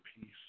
peace